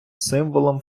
символом